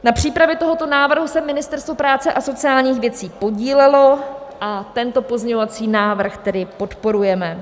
Na přípravě tohoto návrhu se Ministerstvo práce a sociálních věcí podílelo a tento pozměňovací návrh tedy podporujeme.